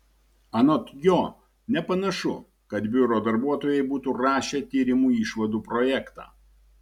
anot jo nepanašu kad biuro darbuotojai būtų rašę tyrimo išvadų projektą